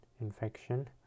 infection